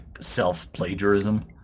self-plagiarism